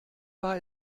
war